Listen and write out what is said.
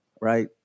right